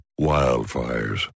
wildfires